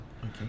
Okay